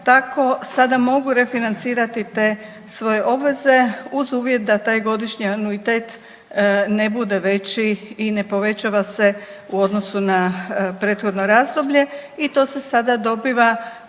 tako sada mogu refinancirati te svoje obveze uz uvjet da taj godišnji anuitet ne bude veći i ne povećava se u odnosu na prethodno razdoblje i to se sada dobiva